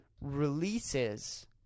releases